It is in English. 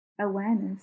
awareness